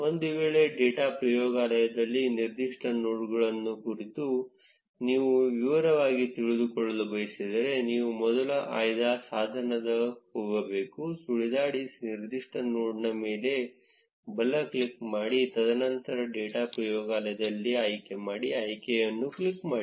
ಒಂದು ವೇಳೆ ಡೇಟಾ ಪ್ರಯೋಗಾಲಯದಲ್ಲಿ ನಿರ್ದಿಷ್ಟ ನೋಡ್ನ ಕುರಿತು ನೀವು ವಿವರವಾಗಿ ತಿಳಿದುಕೊಳ್ಳಲು ಬಯಸಿದರೆ ನೀವು ಮೊದಲು ಆಯ್ದ ಸಾಧನಕ್ಕೆ ಹೋಗಬಹುದು ಸುಳಿದಾಡಿ ನಿರ್ದಿಷ್ಟ ನೋಡ್ನ ಮೇಲೆ ಬಲ ಕ್ಲಿಕ್ ಮಾಡಿ ತದನಂತರ ಡೇಟಾ ಪ್ರಯೋಗಾಲಯದಲ್ಲಿ ಆಯ್ಕೆಮಾಡಿ ಆಯ್ಕೆಯನ್ನು ಕ್ಲಿಕ್ ಮಾಡಿ